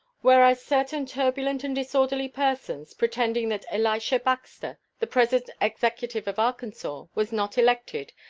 whereas certain turbulent and disorderly persons, pretending that elisha baxter, the present executive of arkansas, was not elected,